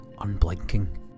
unblinking